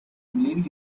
believe